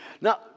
now